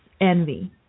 envy